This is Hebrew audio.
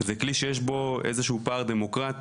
זה כלי שיש בו איזה שהוא פער דמוקרטי,